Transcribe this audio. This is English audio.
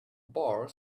bar